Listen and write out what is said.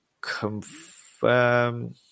confirm